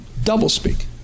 doublespeak